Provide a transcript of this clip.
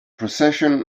precession